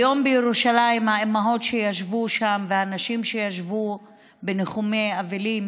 היום בירושלים האימהות שישבו שם והנשים שישבו בניחומי אבלים